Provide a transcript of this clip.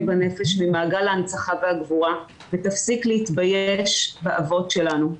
בנפש ממעגל ההנצחה והגבורה ותפסיק להתבייש באבות שלנו,